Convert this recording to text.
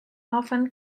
often